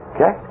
Okay